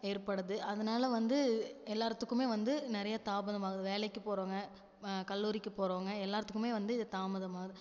ஏற்படுது அதனால வந்து எல்லாருத்துக்குமே வந்து நிறைய தாமதமாகுது வேலைக்கு போகிறவங்க கல்லூரிக்கு போகிறவங்க எல்லாருத்துக்குமே வந்து இது தாமதமாகுது